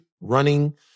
running